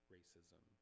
Racism